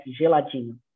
geladinho